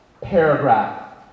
paragraph